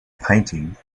painting